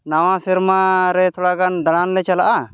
ᱱᱟᱣᱟ ᱥᱮᱨᱢᱟ ᱨᱮ ᱛᱷᱚᱲᱟ ᱜᱟᱱ ᱫᱟᱬᱟᱱ ᱞᱮ ᱪᱟᱞᱟᱜᱼᱟ